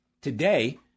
today